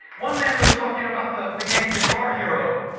one man was talking about the the game guitar hero,